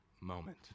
moment